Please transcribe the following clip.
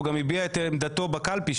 הוא גם הביע את עמדתו בקלפי,